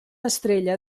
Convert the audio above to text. estrella